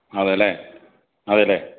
അതേല്ലേ അതേല്ലേ